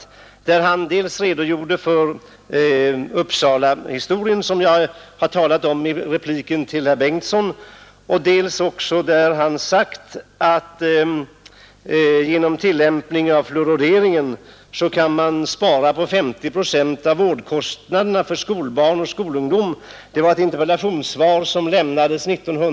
I ett svar har han redogjort för Uppsalafallet, som jag talade om i min replik till herr Bengtsson i Göteborg. I ett interpellationssvar, som socialministern lämnade 1968, förklarade han att man genom att tillämpa fluoridering kan spara 50 procent av vårdkostnaderna för skolbarn och skolungdom.